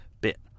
bit